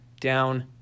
down